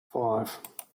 five